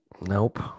Nope